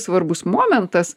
svarbus momentas